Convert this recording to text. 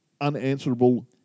unanswerable –